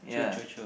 true true true